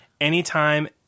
Anytime